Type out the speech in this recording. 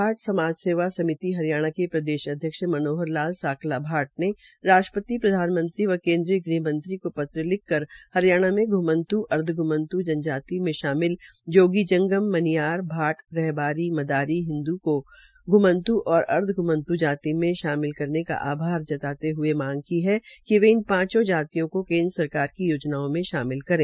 भाट समाज सेवा समिति हरियाणा के प्रदेश अध्यक्ष मनोहर लाल साकला भाट ने राष्ट्रपति प्रधानमंत्री व केन्द्रीय ग़हमंत्री को पत्र लिखकर हरियाणा में घ्मन्त् अर्ध घ्मन्त् जनजाति में शामिल जोगी जंगम मनियार भाट रहबारी मदारी हिन्द् को घुमन्त् और अर्ध घुमन्त् जाति में शामि करने का आभार जताते हये मांग की है कि वे इन पांच जातियों को केन्द्र सरकार की योजनाओं में शामिल करें